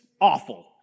awful